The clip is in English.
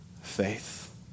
faith